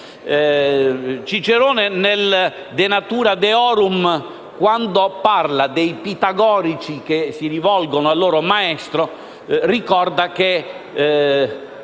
Cicerone, nel «De natura deorum», quando parla dei pitagorici che si rivolgono al loro maestro, ricorda che